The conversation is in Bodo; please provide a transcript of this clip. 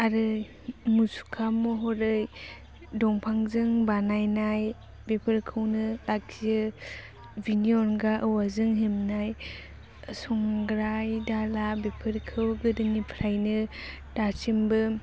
आरो मुसुखा महरै दंफांजों बानायनाय बेफोरखौनो लाखियो बिनि अनगा औवाजों हेबनाय संग्राय दाला बेफोरखौ गोदोनिफ्रायनो दासिमबो